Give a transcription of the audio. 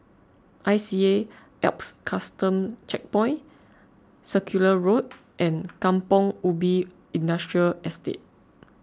I C A Alps Custom Checkpoint Circular Road and Kampong Ubi Industrial Estate